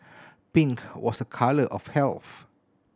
pink was colour of health